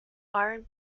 and